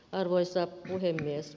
arvoisa puhemies